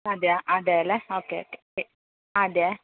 അതെയാ അതെല്ലേ okay okay അതെ ആ